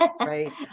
right